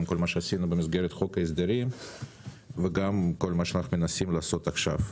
גם מה שעשינו במסגרת חוק ההסדרים וגם מה שאנו מנסים לעשות עכשיו.